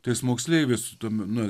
tais moksleiviais su domino